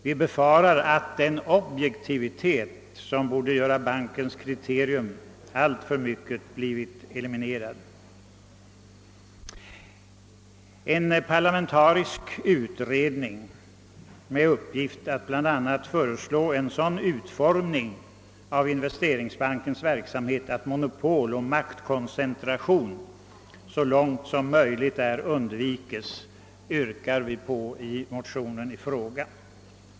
Vi befarar att den objektivitet som borde vara bankens kriterium alltför mycket eliminerats. En parlamentarisk utredning med uppgift att bl.a. föreslå en sådan utformning av Investeringsbankens verksamhet att monopol och maktkoncentration så långt möjligt undvikes påyrkas därför i vår motion.